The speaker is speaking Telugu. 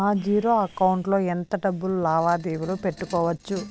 నా జీరో అకౌంట్ లో ఎంత డబ్బులు లావాదేవీలు పెట్టుకోవచ్చు?